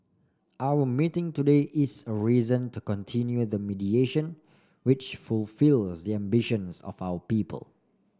our meeting today is a reason to continue the mediation which fulfil the ambitions of our people